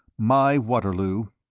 my waterloo.